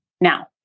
now